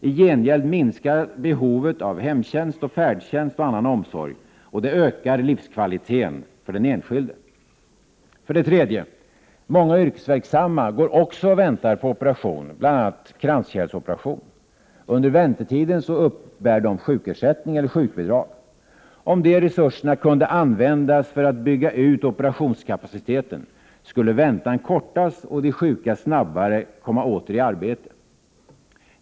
I gengäld minskar behovet av hemtjänst, färdtjänst och annan omsorg, och det ökar livskvaliteten för den enskilde. 3. Många yrkesverksamma går också och väntar på operation, bl.a. kranskärlsoperation. Under väntetiden uppbär de sjukersättning eller sjukbidrag. Om de resurserna kunde användas till att bygga ut operationskapaciteten, skulle väntan kortas och de sjuka snabbare komma åter i arbete.